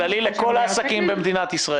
כללי לכל העסקים במדינת ישראל.